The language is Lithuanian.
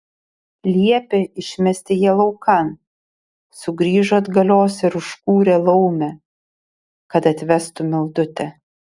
liepė išmesti ją laukan sugrįžo atgalios ir užkūrė laumę kad atvestų mildutę